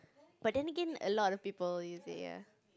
but then again a lot of people they are